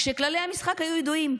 כשכללי המשחק היו ידועים.